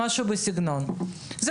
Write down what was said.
אנחנו